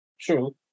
True